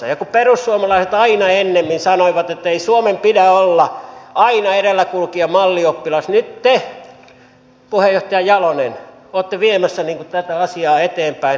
ja kun perussuomalaiset aina ennen sanoivat ettei suomen pidä olla aina edelläkulkija ja mallioppilas niin nyt te puheenjohtaja jalonen olette viemässä tätä asiaa eteenpäin etunojassa